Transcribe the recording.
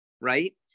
right